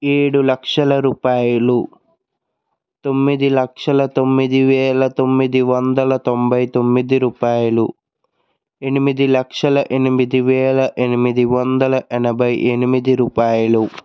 ఏడు లక్షల రూపాయలు తొమ్మిది లక్షల తొమ్మిది వేల తొమ్మిది వందల తొంభై తొమ్మిది రూపాయలు ఎనిమిది లక్షల ఎనిమిది వేల ఎనిమిది వందల ఎనభై ఎనిమిది రూపాయలు